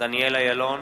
דניאל אילון,